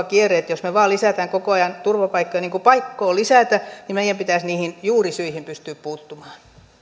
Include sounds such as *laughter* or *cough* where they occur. *unintelligible* kierre jos me vain lisäämme koko ajan turvapaikkoja niin kuin pakko on lisätä niin meidän pitäisi niihin juurisyihin pystyä puuttumaan myönnän